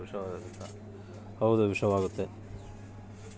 ಹೊಲದಾಗ ಹುಳ ಕಮ್ಮಿ ಅಗಬೇಕಂತ ಮದ್ದು ಹೊಡಿತಿವಿ ಇದ್ರಿಂದ ಬೆಳೆ ಕೂಡ ವಿಷವಾತತೆ